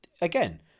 again